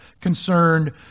concerned